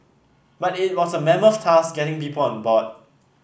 but it was a mammoth task getting people on board